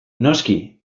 noski